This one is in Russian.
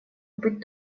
быть